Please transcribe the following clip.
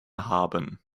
haben